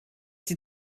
die